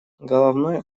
головной